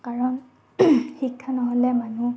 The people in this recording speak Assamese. কাৰণ শিক্ষা নহ'লে মানুহ